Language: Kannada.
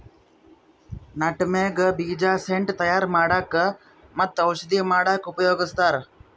ನಟಮೆಗ್ ಬೀಜ ಸೆಂಟ್ ತಯಾರ್ ಮಾಡಕ್ಕ್ ಮತ್ತ್ ಔಷಧಿ ಮಾಡಕ್ಕಾ ಉಪಯೋಗಸ್ತಾರ್